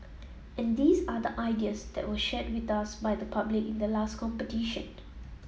and these are the ideas that were shared with us by the public in the last competition